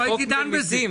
לא הייתי דן בזה.